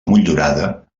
motllurada